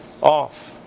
off